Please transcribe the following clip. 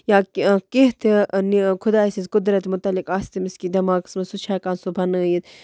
یا کیٚنٛہہ تہِ خۄدایَس یُس قُدرت مُتعلِق آسہِ تٔمِس کیٚنٛہہ دٮ۪ماغَس منٛز سُہ چھُ ہیٚکان سُہ بَنٲیِتھ